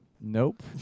nope